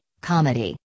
comedy